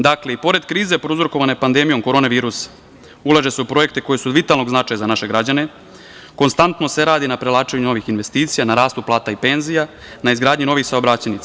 Dakle, i pored krize prouzrokovane pandemijom korona virusa, ulaže se u projekte koji su od vitalnog značaja za naše građane, konstantno se radi na privlačenju novih investicija, na rastu plata i penzija, na izgradnji novih saobraćajnica.